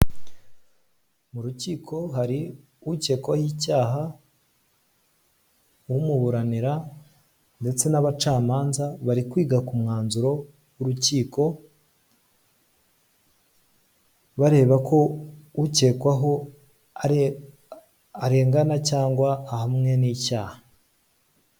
Mu rukiko hari ukekwaho icyaha, umuburanira ndetse n'abacamanza, bari kwiga ku mwanzuro w'urukiko, bareba ko ukekwaho arengana cyangwa ahamwe n'icyaha.